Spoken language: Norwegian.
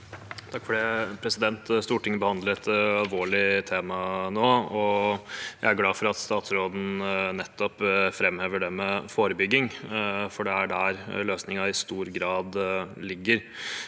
Øvstegård (SV) Stortin- get behandler et alvorlig tema nå, og jeg er glad for at statsråden nettopp framhever det med forebygging, for det er der løsningen i stor grad ligger.